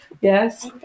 yes